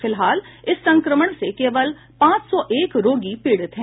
फिलहाल इस संक्रमण से केवल पांच सौ एक रोगी पीड़ित हैं